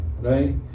right